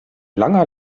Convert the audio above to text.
langer